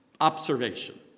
observation